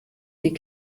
die